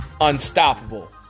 unstoppable